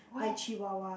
like chihuahua